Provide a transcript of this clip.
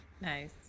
Nice